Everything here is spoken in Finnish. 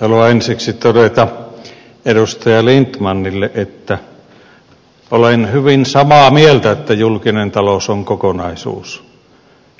haluan ensiksi todeta edustaja lindtmanille että olen hyvin samaa mieltä että julkinen talous on kokonaisuus